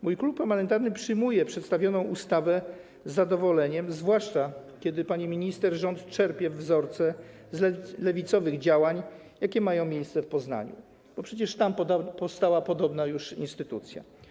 Mój klub parlamentarny przyjmuje przedstawioną ustawę z zadowoleniem, zwłaszcza kiedy, pani minister, rząd czerpie wzorce z lewicowych działań, jakie mają miejsce w Poznaniu, bo przecież tam powstała już podobna instytucja.